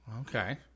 okay